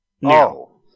No